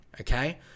Okay